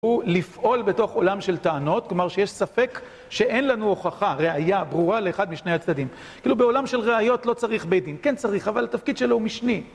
הוא לפעול בתוך עולם של טענות, כלומר שיש ספק שאין לנו הוכחה, ראייה ברורה לאחד משני הצדדים. כאילו בעולם של ראיות לא צריך בית דין, כן צריך, אבל התפקיד שלו הוא משני.